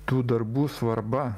tų darbų svarba